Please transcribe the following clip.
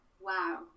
wow